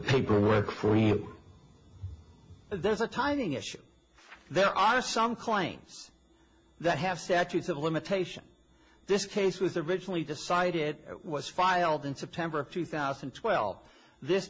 paperwork for you there's a timing issue there are some claims that have statutes of limitation this case was originally decided it was filed in september of two thousand and twelve this